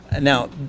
now